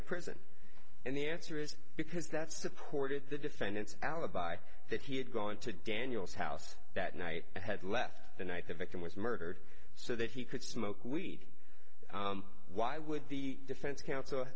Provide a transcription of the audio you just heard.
of prison and the answer is because that supported the defendant's alibi that he had gone to daniel's house that night and had left the night the victim was murdered so that he could smoke week why would the defense counsel